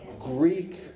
Greek